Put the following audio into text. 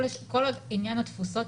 כל עניין התפוסות,